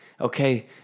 okay